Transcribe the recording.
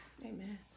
amen